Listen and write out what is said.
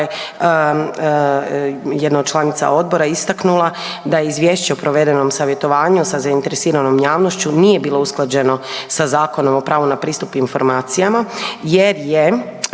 jedna od članica odbora istaknula da izvješće o provedenom savjetovanju sa zainteresiranom javnošću nije bilo usklađeno sa Zakonom o pravu na pristup informacijama jer je